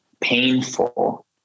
painful